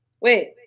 Wait